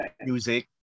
music